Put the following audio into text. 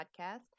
Podcast